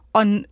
on